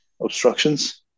Obstructions